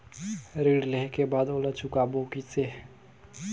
ऋण लेहें के बाद ओला चुकाबो किसे?